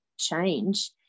change